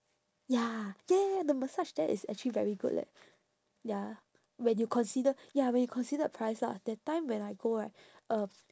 ya ya ya ya the massage there is actually very good leh ya when you consider ya when you consider price lah that time when I go right um